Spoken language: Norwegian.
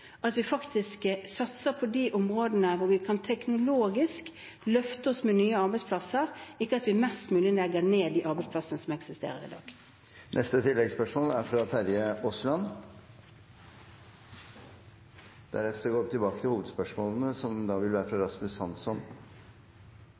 at vi faktisk satser på de områdene hvor vi teknologisk kan løfte oss med nye arbeidsplasser, ikke at vi mest mulig legger ned de arbeidsplassene som eksisterer i dag. Terje Aasland – til oppfølgingsspørsmål. Vi hører til